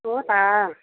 हो त